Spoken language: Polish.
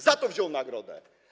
Za to wziął nagrodę.